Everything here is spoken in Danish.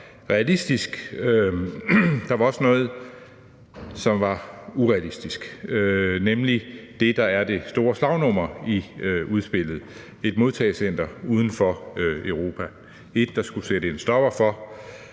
realistisk. Der var også noget, som var urealistisk, nemlig det, der er det store slagnummer i udspillet: et modtagecenter uden for Europa, der skulle sætter en stopper for